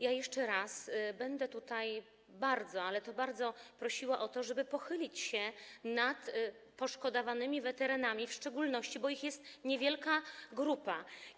Ja jeszcze raz będę tutaj bardzo, ale to bardzo prosiła o to, żeby pochylić się nad poszkodowanymi weteranami w szczególności, bo to jest niewielka grupa.